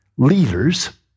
Leaders